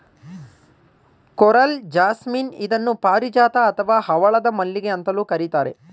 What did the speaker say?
coral jasmine ಇದನ್ನು ಪಾರಿಜಾತ ಅಥವಾ ಹವಳದ ಮಲ್ಲಿಗೆ ಅಂತಲೂ ಕರಿತಾರೆ